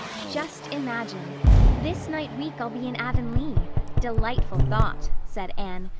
just imagine this night week i'll be in avonlea delightful thought! said anne,